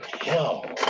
hell